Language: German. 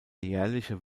jährliche